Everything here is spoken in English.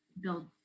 build